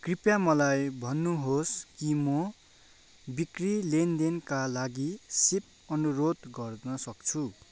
कृपया मलाई भन्नु होस् कि म बिक्री लेनदेनका लागि सिप अनुरोध गर्न सक्छु